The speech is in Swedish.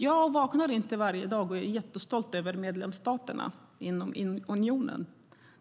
Jag vaknar inte varje dag och är jättestolt över medlemsstaterna i unionen.